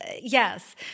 yes